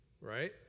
right